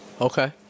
Okay